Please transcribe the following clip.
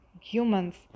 humans